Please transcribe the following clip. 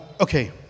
Okay